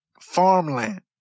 farmland